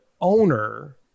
owner